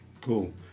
cool